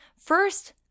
First